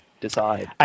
decide